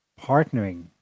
partnering